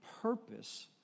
purpose